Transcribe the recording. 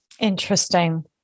Interesting